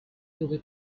dove